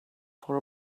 for